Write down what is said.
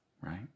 right